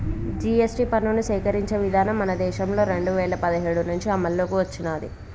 GST పన్నుని సేకరించే విధానం మన దేశంలో రెండు వేల పదిహేడు నుంచి అమల్లోకి వచ్చినాది